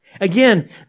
Again